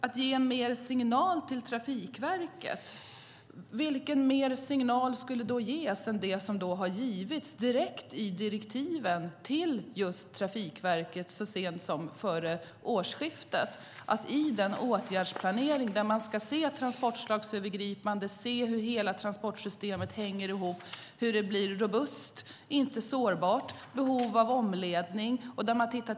Vilken mer signal till Trafikverket ska ges än den som har givits i direktiven till Trafikverket så sent som före årsskiftet? Där framgår att Trafikverket i åtgärdsplanen ska se transportslagsövergripande, hur hela transportsystemet hänger ihop, hur det blir robust, inte sårbart, se över behov av omledning och se på hela landet.